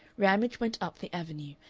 ramage went up the avenue,